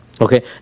Okay